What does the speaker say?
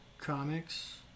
comics